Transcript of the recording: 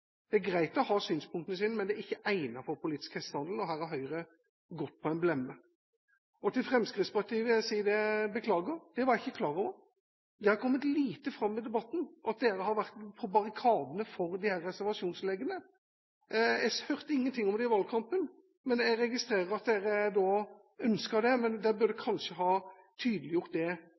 Det er greit å ha synspunktene sine, men det er ikke egnet for politisk hestehandel, og her har Høyre gått på en blemme. Til Fremskrittspartiet vil jeg si at jeg beklager – dette var jeg ikke klar over. Det har vært lite framme i debatten at dere har vært på barrikadene for disse reservasjonslegene. Jeg hørte ingenting om det i valgkampen. Jeg registrerer at dere ønsker det, men dere burde kanskje ha vært litt tydeligere på nettopp det